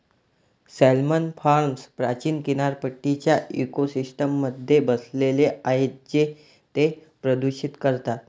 salmon farms प्राचीन किनारपट्टीच्या इकोसिस्टममध्ये बसले आहेत जे ते प्रदूषित करतात